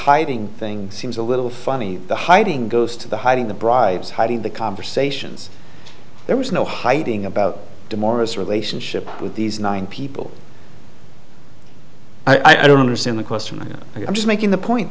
hiding thing seems a little funny the hiding goes to the hiding the bribes hiding the conversations there was no hiding about to morris relationship with these nine people i don't understand the question i'm just making the point